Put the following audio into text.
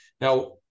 Now